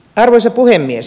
arvoisa puhemies